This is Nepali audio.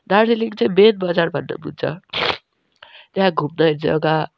दार्जिलिङ चाहिँ मेन बजार भन्दा पनि हुन्छ त्यहाँ घुम्न जग्गा